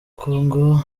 congo